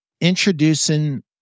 introducing